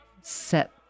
set